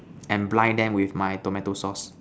and blind them with my tomato sauce